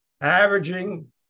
averaging